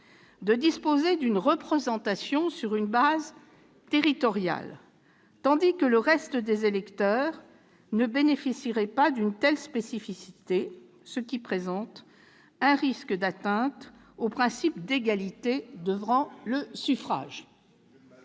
de disposer d'une représentation sur une base territoriale, tandis que le reste des électeurs ne bénéficieraient pas d'une telle spécificité. En résulterait un risque d'atteinte au principe d'égalité devant le suffrage.